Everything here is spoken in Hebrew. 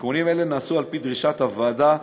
תיקונים אלו נעשו על-פי דרישת הוועדה,